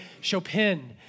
Chopin